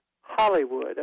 Hollywood